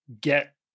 get